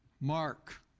mark